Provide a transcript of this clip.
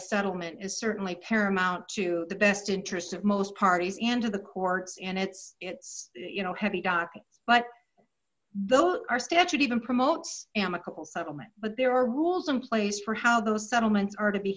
settlement is certainly paramount to the best interest of most parties and to the courts and it's it's you know heavy but those are statute even promotes amicable settlement but there are rules in place for how those settlements are to be